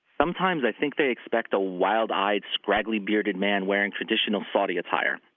sometimes i think they expect a wild-eyed, scraggly-bearded man wearing traditional saudi attire.